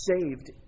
saved